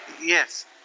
yes